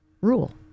rule